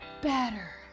better